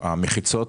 המחיצות.